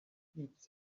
beats